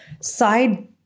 side